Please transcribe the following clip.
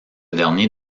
dernier